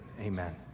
Amen